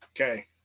Okay